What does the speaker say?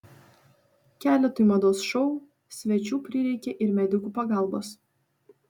keletui mados šou svečių prireikė ir medikų pagalbos